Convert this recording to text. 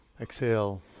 exhale